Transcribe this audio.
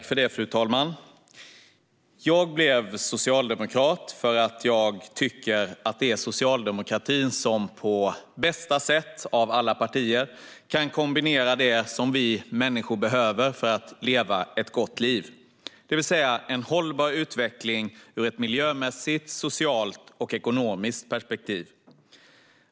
Fru talman! Jag är socialdemokrat för att jag tycker att Socialdemokraterna bäst av alla partier kan kombinera det som vi människor behöver för att leva ett gott liv - det handlar om en hållbar utveckling ur ett miljömässigt, socialt och ekonomiskt perspektiv.